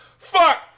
Fuck